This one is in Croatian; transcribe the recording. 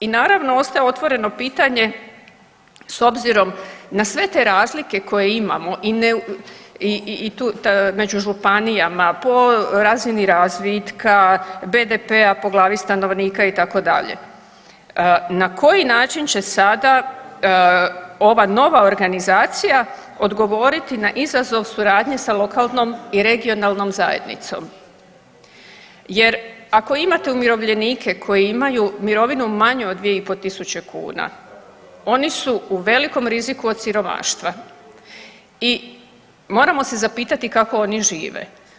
I naravno ostaje otvoreno pitanje s obzirom na sve te razlike koje imamo i tu među županijama po razini razvitka, BDP-a, po glavi stanovnika itd., na koji način će sada ova nova organizacija odgovoriti na izazov suradnje sa lokalnom i regionalnom zajednicom jer ako imate umirovljenike koji imaju mirovinu manju od 2.500 kuna oni su u velikom riziku od siromaštva i moramo se zapitati kako oni žive.